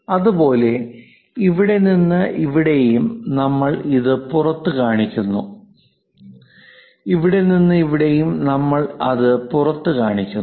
അതുപോലെ ഇവിടെ നിന്ന് ഇവിടെയും നമ്മൾ ഇത് പുറത്ത് കാണിക്കുന്നു ഇവിടെ നിന്ന് ഇവിടെയും നമ്മൾ അത് പുറത്ത് കാണിക്കുന്നു